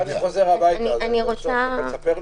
חשוב לי